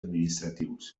administratius